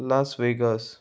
Las Vegas